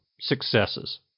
successes